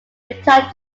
retired